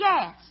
Yes